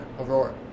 Aurora